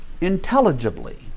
intelligibly